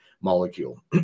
molecule